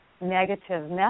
negative